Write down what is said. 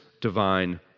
divine